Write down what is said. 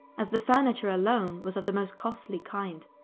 as the furniture alone was of the most costly kind,